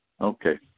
okay